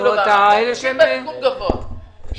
עסקים בסיכון גבוה,